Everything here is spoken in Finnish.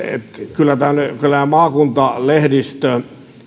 kyllä maakuntalehdistö